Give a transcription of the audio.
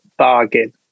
Bargain